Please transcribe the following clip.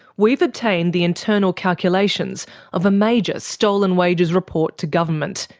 we've obtained the internal calculations of a major stolen wages report to government,